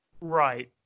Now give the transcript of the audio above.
right